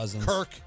Kirk